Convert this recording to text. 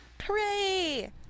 hooray